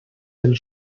del